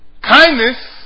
kindness